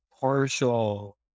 partial